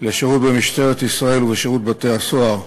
לשירות במשטרת ישראל ובשירות בתי-הסוהר.